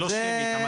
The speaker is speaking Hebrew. זה אגרגטיבי.